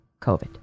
COVID